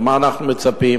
למה אנחנו מצפים,